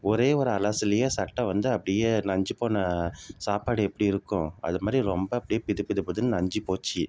ஒரே ஒரு அலசுலேயே சட்டை வந்து அப்படியே நைஞ்சு போன சாப்பாடு எப்படி இருக்கும் அதுமாதிரி ரொம்ப அப்படியே பிது பிது பிதுன்னு நைஞ்சி போச்சு